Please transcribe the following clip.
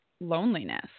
loneliness